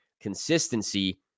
consistency